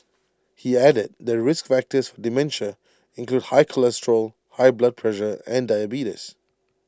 he added that risk factors for dementia include high cholesterol high blood pressure and diabetes